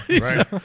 Right